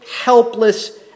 helpless